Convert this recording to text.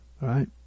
right